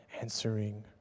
answering